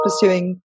pursuing